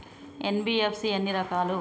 NBFC ఎన్ని రకాలు?